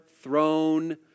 throne